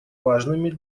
важными